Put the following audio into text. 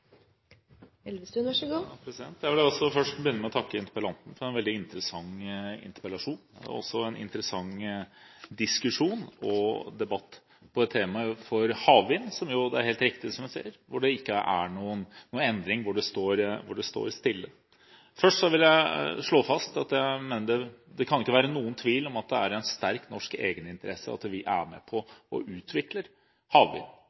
Jeg vil også først begynne med å takke interpellanten for en veldig interessant interpellasjon, og også takke for en interessant diskusjon og debatt om temaet havvind, hvor det er helt riktig, som man sier, at det ikke er noen endring – hvor det står stille. Først vil jeg slå fast at jeg mener det ikke kan være noen tvil om at det er i sterk norsk egeninteresse at vi er med på å utvikle havvind,